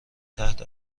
تحت